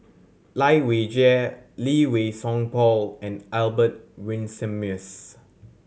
Lai Weijie Lee Wei Song Paul and Albert Winsemius